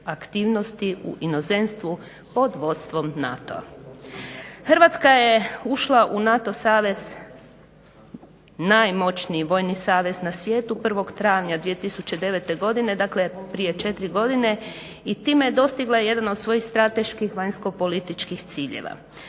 aktivnosti u inozemstvu pod vodstvom NATO-a. Hrvatska je ušla u NATO savez najmoćniji vojni savez na svijetu 1.travnja 2009.godine, dakle prije četiri godine i time je dostigla jedan od svojih strateških vanjsko političkih ciljeva.